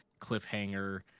cliffhanger